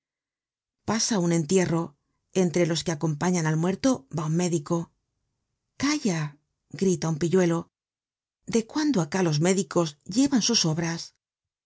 pasa un entierro entre los que acompañan al muerto va un médico calla grita un pilludo de cuándo acá los médicos llevan sus obras